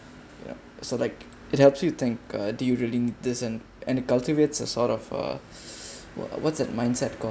ya so like it helps you think uh do you really this and and it cultivates a sort of uh what what's that mindset called